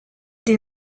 des